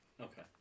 Okay